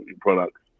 products